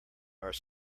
are